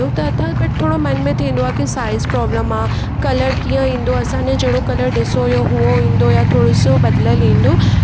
घुरायूं त अथा बट थोरो मन में थींदो आहे की साइज़ प्रॉब्लम आहे कलर कीअं ईंदो असां ने जहिड़ो कलर ॾिसो हुओ उहो ईंदो या थोरो सो बदलियलु ईंदो